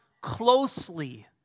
closely